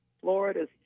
Florida's